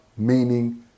meaning